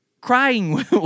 Crying